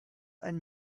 ein